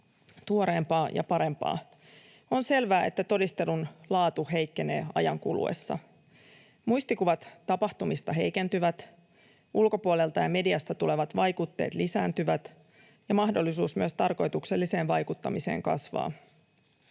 tuoreempaa ja parempaa. On selvää, että todistelun laatu heikkenee ajan kuluessa. Muistikuvat tapahtumista heikentyvät, ulkopuolelta ja mediasta tulevat vaikutteet lisääntyvät, ja mahdollisuus myös tarkoitukselliseen vaikuttamiseen kasvaa.